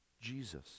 Jesus